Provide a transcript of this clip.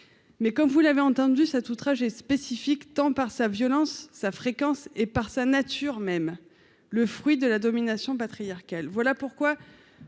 mais comme vous l'avez entendu ça tout trajets spécifiques, tant par sa violence, sa fréquence et par sa nature même le fruit de la domination patriarcale, voilà pourquoi